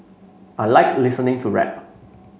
I like listening to rap